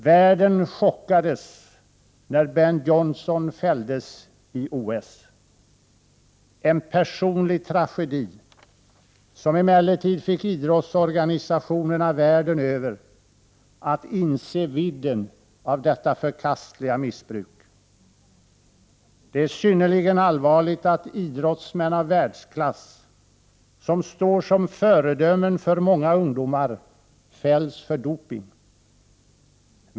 Världen chockades när Ben Johnson fälldes i OS — en personlig tragedi, som emellertid fick idrottsorganisationerna världen över att inse vidden av detta förkastliga missbruk. Det är synnerligen allvarligt att idrottsmän av världsklass, som står som föredömen för många ungdomar, fälls för doping.